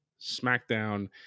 SmackDown